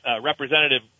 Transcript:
representative